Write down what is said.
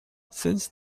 since